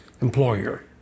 employer